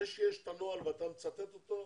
שזה פשיטת רגל של המדינה.